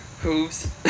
hooves